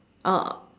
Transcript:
uh